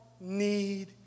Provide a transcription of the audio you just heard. need